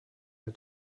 der